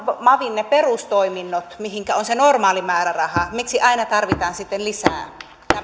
ne mavin perustoiminnot mihinkä on se normaali määräraha miksi aina tarvitaan sitten lisää